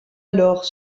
alors